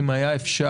אם היה אפשר,